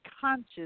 conscious